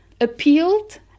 appealed